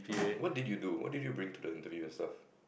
what did you do what did you bring to the interview and stuff